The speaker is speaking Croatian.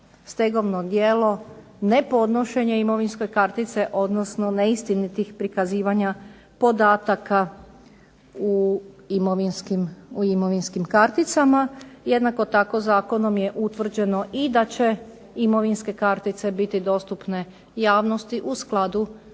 stegovno djelo nepodnošenje imovinske kartice, odnosno neistinitih prikazivanja podataka u imovinskim karticama. Jednako tako, zakonom je utvrđeno i da će imovinske kartice biti dostupne javnosti u skladu